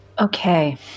Okay